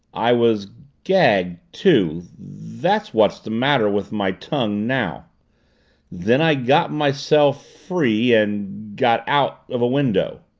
i was gagged too that's what's the matter with my tongue now then i got myself free and got out of a window